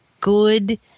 good